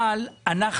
אנחנו